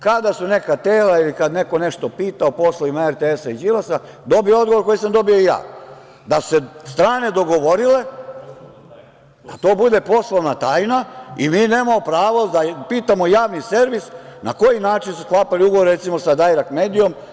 Kada su neka tela ili kada neko nešto pita o poslovima RTS-a i Đilasa, dobije odgovor koji sam dobio i ja, da su se strane dogovorile da to bude poslovna tajna i mi nemamo pravo da pitamo javni servis na koji način su sklapali ugovor, recimo, sa "Dajrekt medijom"